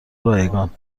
رایگان